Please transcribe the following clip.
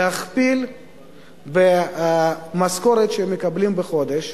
להכפיל במשכורת שהם מקבלים בחודש,